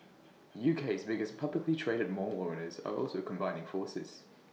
UK's biggest publicly traded mall owners are also combining forces